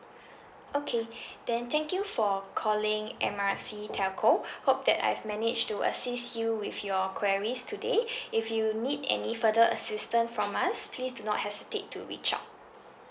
okay then thank you for calling M R C telco hope that I've manage to assist you with your queries today if you need any further assistance from us please do not hesitate to reach up